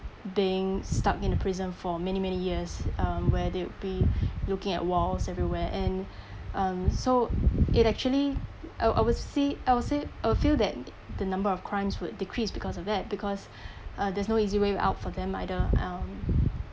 being stuck in a prison for many many years um where they will be looking at walls everywhere and um so it actually I I would say I would say uh I would feel that the number of crimes would decrease because of that because uh there's no easy way out for them either um